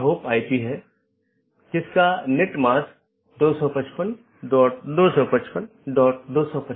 अब एक नया अपडेट है तो इसे एक नया रास्ता खोजना होगा और इसे दूसरों को विज्ञापित करना होगा